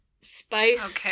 spice